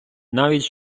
навіть